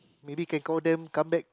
maybe can call them come back